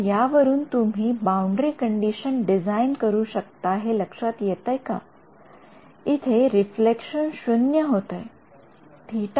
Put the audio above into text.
तर या वरून तुम्ही बाउंडरी कंडिशन डिझाईन करू शकता हे लक्षात येतेय का इथे रिफ्लेक्शन शून्य होतेय Ө 0 ला